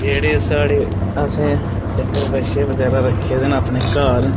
जेह्ड़े साढ़े असें डगंर बच्छे रक्खे दे ना अपने घर